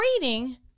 reading